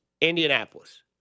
Indianapolis